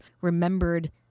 remembered